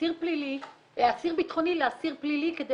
אסיר ביטחוני לסטטוס של אסיר פלילי כדי